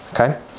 okay